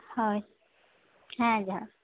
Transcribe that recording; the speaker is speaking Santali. ᱦᱳᱭ ᱦᱮᱸ ᱡᱚᱦᱟᱨ